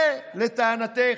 זה, לטענתך,